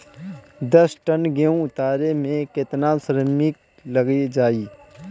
दस टन गेहूं उतारे में केतना श्रमिक लग जाई?